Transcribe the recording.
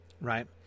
right